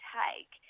take